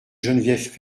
geneviève